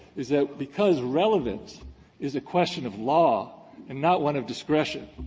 is that because relevance is a question of law and not one of discretion,